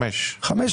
חמש, חמש.